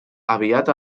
aviat